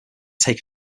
take